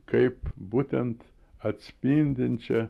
kaip būtent atspindinčią